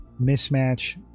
mismatch